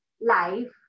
life